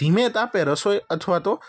ધીમે તાપે રસોઈ અથવા તો